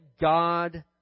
God